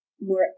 more